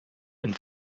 een